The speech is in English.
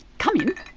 come in,